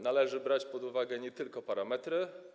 Należy brać pod uwagę nie tylko parametry.